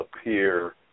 appear